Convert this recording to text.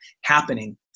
happening